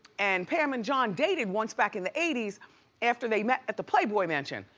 and pam and john dated once back in the eighty s after they met at the playboy mansion.